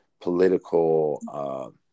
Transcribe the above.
political